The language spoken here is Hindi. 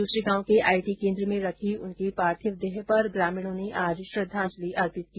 जूसरी गांव के आईटी केन्द्र में रखी उनकी पार्थिव देह पर ग्रामीणों ने आज श्रद्दाजंलि अर्पित की